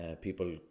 people